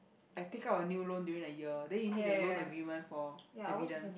I take out a new loan during the year then you need the loan agreement for evidence